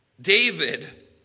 David